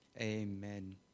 amen